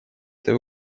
этой